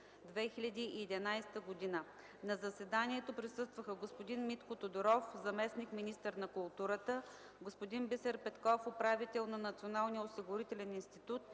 2011 г. На заседанието присъстваха: господин Митко Тодоров, заместник–министър на културата, господин Бисер Петков – управител на Националния осигурителен институт,